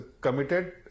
committed